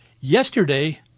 Yesterday